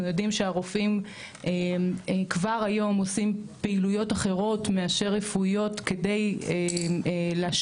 יודעים שהרופאים כבר היום עושים פעילויות אחרות מאשר רפואיות כדי להשלים